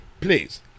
please